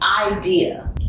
idea